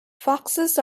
foxes